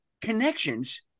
connections